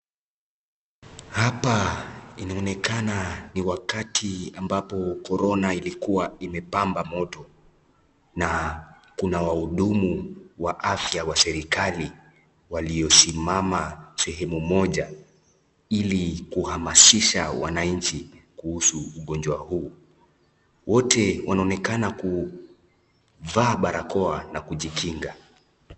Hapa inaonekana ni wakati Corona ilikuwa imepamba moto, na kuna wahudumu wa afya wa serikali waliosimama sehemu moja ili kuhamasisha wananchi kuhusu ugonjwa huu. Wote wanaoneka kuvaa barakoa na kujikinga.